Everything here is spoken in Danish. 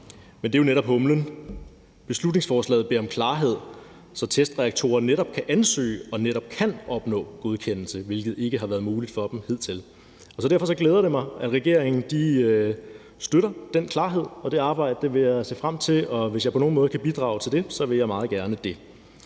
Men det er jo netop humlen. Beslutningsforslaget beder om klarhed, så testreaktorer netop kan ansøge og netop kan opnå godkendelse, hvilket ikke har været muligt for dem hidtil. Derfor glæder det mig, at regeringen støtter den klarhed, og det arbejde vil jeg se frem til, og hvis jeg på nogen måde kan bidrage til det, vil jeg meget gerne det.